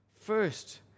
First